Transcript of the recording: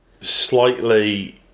slightly